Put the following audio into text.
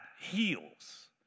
heals